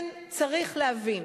צריך להבין.